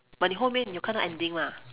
but 你后面你有看到 ending 吗